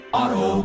Auto